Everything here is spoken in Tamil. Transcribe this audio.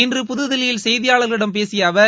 இன்று புதுதில்லியில் செய்தியாளர்களிடம் பேசிய அவர்